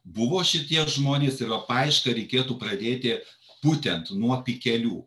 buvo šitie žmonės ir va paiešką reikėtų pradėti būtent nuo pikelių